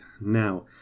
Now